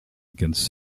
against